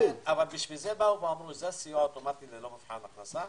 לכן אמרו זה סיוע אוטומטי ללא מבחן הכנסה,